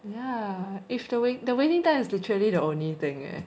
ya if the waiting time is literally the only thing eh